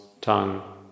tongue